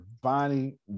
Bonnie